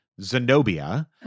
Zenobia